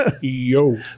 Yo